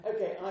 Okay